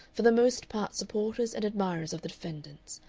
for the most part supporters and admirers of the defendants,